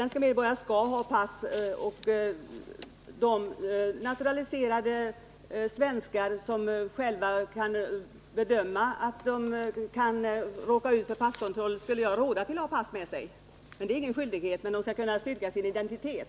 De naturaliserade svenskar som själva kan bedöma att de riskerar att råka ut för passkontroll skulle jag råda att ha pass med sig. Det är ingen skyldighet, men de skall kunna styrka sin identitet.